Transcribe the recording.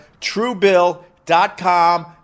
Truebill.com